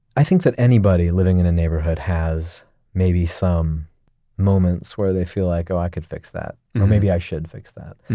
i think that anybody living in a neighborhood has maybe some moments where they feel like, oh, i could fix that or maybe i should fix that.